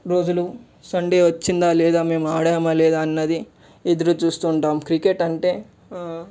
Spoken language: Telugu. రోజులు సండే వచ్చిందా లేదా మేము ఆడమా లేదా అన్నది మేము ఎదురుచూస్తూ ఉంటాం క్రికెట్ అంటే